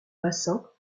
bassin